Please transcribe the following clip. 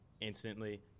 Instantly